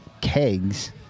kegs